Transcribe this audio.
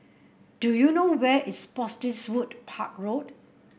do you know where is Spottiswoode Park Road